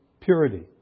purity